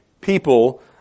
people